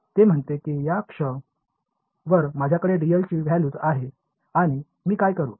हे म्हणते की या अक्ष वर माझ्याकडे dl ची व्हॅल्यूज आहेत आणि मी काय करू